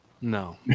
No